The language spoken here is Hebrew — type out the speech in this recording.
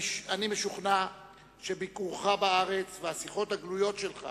אני משוכנע שביקורך בארץ והשיחות הגלויות שלך